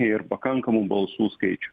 ir pakankamu balsų skaičiu